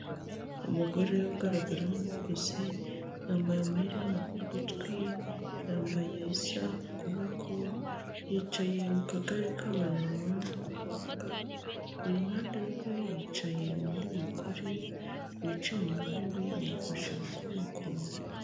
Umugore ugaragara nkukuze yambaye amaherena mu gutwi ,yambaye isaha ku kuboko yicaye mu kagari k'abantu babana n'ubumuga iruhande rwe yicaye undi mugore wicaye mu ntebe ye, yamufashe ukuboko.